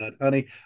Honey